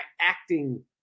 acting